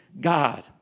God